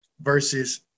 versus